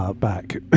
back